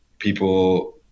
People